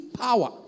power